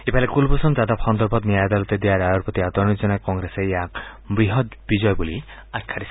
ইফালে কূলভূষণ যাদৱ সন্দৰ্ভত ন্যায় আদালতে দিয়া ৰায়ৰ প্ৰতি আদৰণি জনাই কংগ্ৰেছে ইয়াক বৃহৎ বিজয় বুলি আখ্যা দিছে